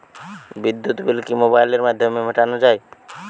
বিদ্যুৎ বিল কি মোবাইলের মাধ্যমে মেটানো য়ায়?